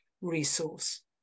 resource